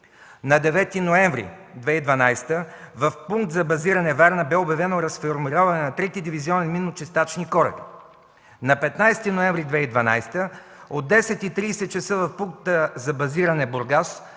На 9 ноември 2012 г. в Пункт за базиране Варна бе обявено разформироване на Трети дивизион миночистачни кораби. На 15 ноември 2012 г. от 10,30 ч. в Пункта за базиране Бургас